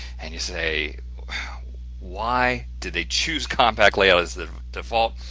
and you say why did they choose compact layout as the default,